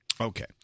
Okay